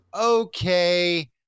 okay